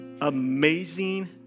Amazing